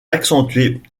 accentuée